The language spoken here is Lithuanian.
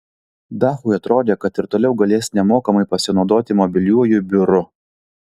dachui atrodė kad ir toliau galės nemokamai pasinaudoti mobiliuoju biuru